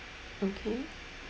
okay